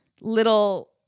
little